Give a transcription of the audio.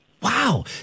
Wow